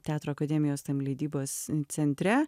teatro akademijos tam leidybos centre